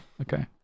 Okay